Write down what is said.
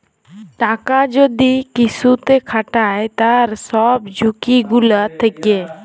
টাকা যদি কিসুতে খাটায় তার সব ঝুকি গুলা থাক্যে